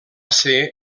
ser